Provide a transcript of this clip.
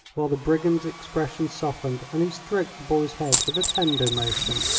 while the brigand's expression softened and he stroked the boy's head with a tender motion.